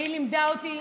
והיא לימדה אותי,